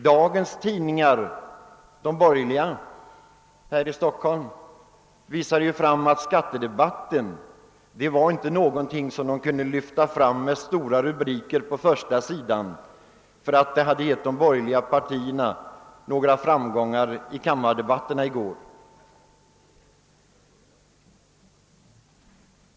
För de borgerliga tidningarna här i Stockholm var tydligen skattedebatten inte någonting som man kunde ge stora rubriker på första sidan om borgerliga framgångar i kammardebatterna i går.